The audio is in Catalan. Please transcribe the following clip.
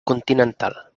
continental